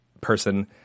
person